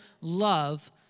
love